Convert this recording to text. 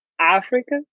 Africa